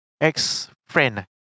ex-friend